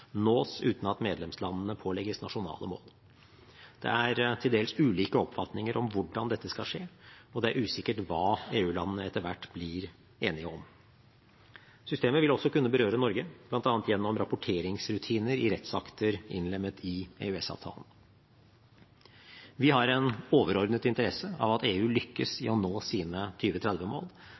nås uten at medlemslandene pålegges nasjonale mål. Det er til dels ulike oppfatninger om hvordan dette skal skje, og det er usikkert hva EU-landene etter hvert blir enige om. Systemet vil også kunne berøre Norge, bl.a. gjennom rapporteringsrutiner i rettsakter innlemmet i EØS-avtalen. Vi har en overordnet interesse av at EU lykkes